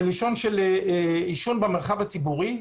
עישון במרחב הציבורי,